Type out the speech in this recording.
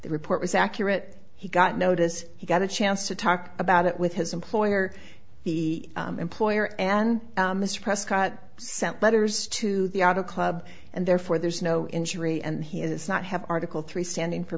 the report was accurate he got notice he got a chance to talk about it with his employer the employer and mr prescott sent letters to the auto club and therefore there's no injury and he is not have article three standing for